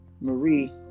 Marie